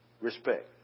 respect